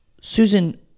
Susan